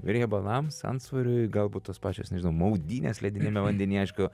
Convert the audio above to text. riebalams antsvoriui gal būt tos pačios nežinau maudynės lediniame vandenyje aišku